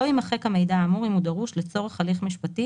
לא יימחק המידע האמור אם הוא דרוש לצורך הליך משפטי